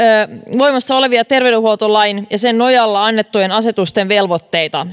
voimassa olevia terveydenhuoltolain ja sen nojalla annettujen asetusten velvoitteita